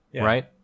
right